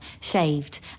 shaved